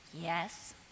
yes